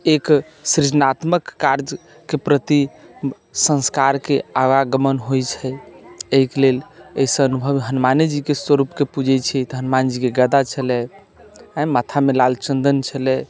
एक सृजनात्म कार्जके प्रति संस्कारके आवागमन होइत छै एहिके लेल एहि से अनुभव हनुमाने जी स्वरूपके पूजैत छियै तऽ हनुमान जीके गदा छलै आइ माथामे लाल चन्दन छलै